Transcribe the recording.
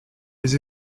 les